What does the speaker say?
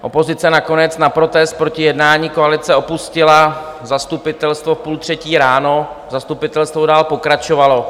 Opozice nakonec na protest proti jednání koalice opustila zastupitelstvo v půl třetí ráno, zastupitelstvo dál pokračovalo.